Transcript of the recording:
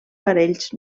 parells